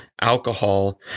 Alcohol